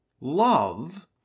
Love